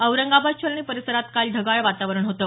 औरंगाबाद शहर आणि परिसरात काल ढगाळ वातावरण होतं